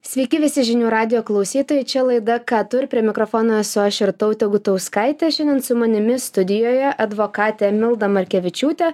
sveiki visi žinių radijo klausytojai čia laida ką tu ir prie mikrofono esu aš irtautė gutauskaitė šiandien su manimi studijoje advokatė milda markevičiūtė